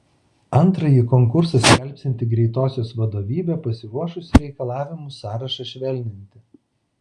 antrąjį konkursą skelbsianti greitosios vadovybė pasiruošusi reikalavimų sąrašą švelninti